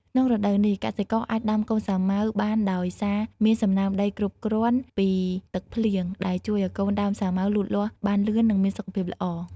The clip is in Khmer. ក្នុងរដូវនេះ កសិករអាចដាំកូនសាវម៉ាវបានដោយសារមានសំណើមដីគ្រប់គ្រាន់ពីទឹកភ្លៀង ដែលជួយឲ្យកូនដើមសាវម៉ាវលូតលាស់បានលឿន និងមានសុខភាពល្អ។